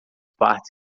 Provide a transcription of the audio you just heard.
partes